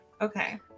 Okay